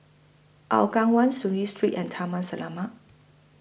Hougang one Soon Lee Street and Taman Selamat